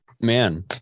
Man